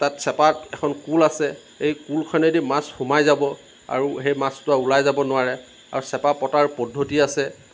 তাত চেপাত এখন কুল আছে এই কুলখনেদি মাছ সোমাই যাব আৰু সেই মাছটো আৰু ওলাই যাব নোৱাৰে আৰু চেপা পতাৰ পদ্ধতি আছে